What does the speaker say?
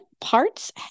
Parts